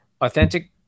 authentic